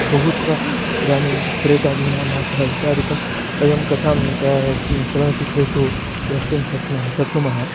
बहुत्र इदानीं प्रेतादीनां वासः इत्यादिकं वयं कथां ग चलनचित्रेषु द्रष्टुं शक्नुमः शक्नुमः